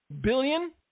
billion